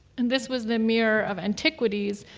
and this was the mirror of antiquities,